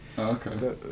Okay